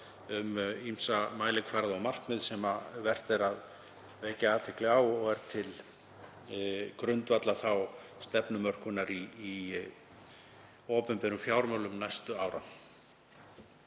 um ýmsa mælikvarða og markmið sem vert er að vekja athygli á og er til grundvallar í stefnumörkun í opinberum fjármálum næstu ára.